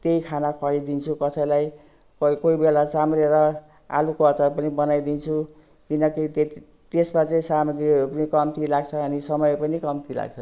त्यही खाना ख्वाइदिन्छु कसैलाई कोही कोहीबेला चाम्रे र आलुको अचार पनि बनाइदिन्छु किनकि त्यति त्यसमा चाहिँ सामाग्रीहरू पनि कम्ती लाग्छ अनि समय पनि कम्ती लाग्छ